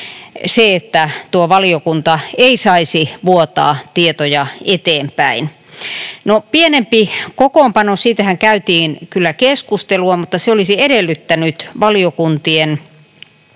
tuo valiokunta ei saisi vuotaa tietoja eteenpäin. Pienemmästä kokoonpanostahan käytiin kyllä keskustelua, mutta se olisi edellyttänyt valiokuntien